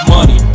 Money